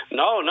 no